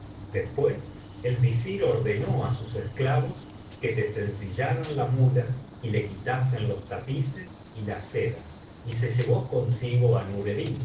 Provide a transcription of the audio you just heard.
después el visir ordenó á sus esclavos que desensillaran la muía y le quitasen los tapices y las sedas y se llevó consigo